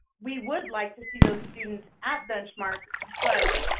we would like to see those students at benchmark but